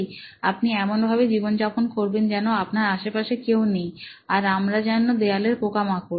আপনি আপনি এমন ভাবে জীবনযাপন করবেন যেন আপনার আশেপাশে কেউ নেই আর আমরা যেন দেওয়ালের পোকামাকড়